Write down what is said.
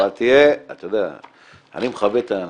אני מכבד את האנשים,